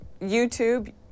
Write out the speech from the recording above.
YouTube